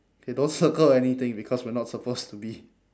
!hey! don't circle anything because we are not supposed to be